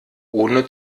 ohne